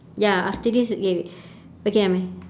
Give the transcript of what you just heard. ya after this okay wait okay I